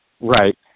Right